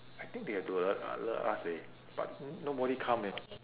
I think they have to al~ alert us eh but nobody come eh